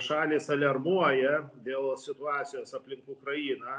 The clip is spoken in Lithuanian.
šalys aliarmuoja dėl situacijos aplink ukrainą